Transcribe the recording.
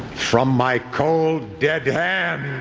from my cold dead hands.